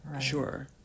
sure